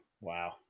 wow